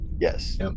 Yes